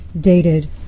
dated